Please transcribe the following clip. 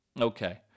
Okay